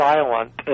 Silent